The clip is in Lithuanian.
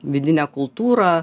vidinę kultūrą